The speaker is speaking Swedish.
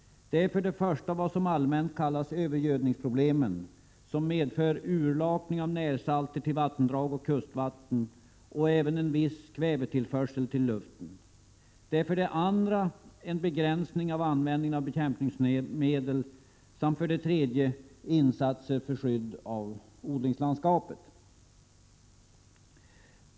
Det är för det första vad som allmänt kallas övergödningsproblemen, som medför urlakning av närsalter till vattendrag och kustvatten samt även viss kvävetillförsel till luften. Det är för det andra en begränsning av användningen av bekämpningsmedel, och för det tredje är det insatser till skydd för odlingslandskapet.